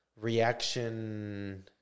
reaction